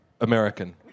...American